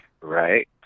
Right